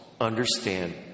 understand